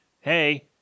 hey